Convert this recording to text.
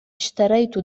اِشتريت